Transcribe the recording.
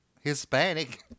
Hispanic